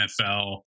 NFL